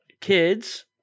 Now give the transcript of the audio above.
kids